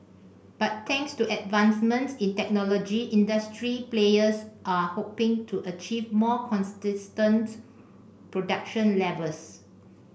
but thanks to advancements in technology industry players are hoping to achieve more production levels